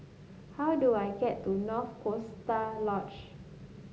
how do I get to North Lodge